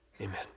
Amen